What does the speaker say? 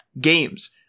games